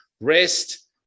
Rest